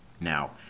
Now